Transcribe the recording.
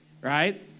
right